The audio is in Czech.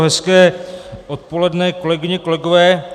Hezké odpoledne, kolegyně, kolegové.